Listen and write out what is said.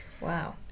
Wow